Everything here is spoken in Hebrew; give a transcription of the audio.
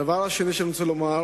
הדבר השני שאני רוצה לומר,